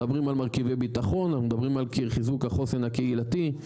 מדברים על מרכיבי ביטחון אנחנו מדברים על חיזוק החוסן הקהילתי,